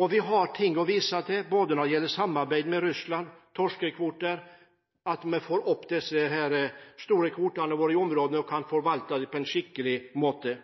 Vi har ting å vise til både når det gjelder samarbeid med Russland, torskekvoter, og at vi får opp disse store kvotene våre i området og kan forvalte dem på en skikkelig måte.